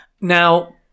Now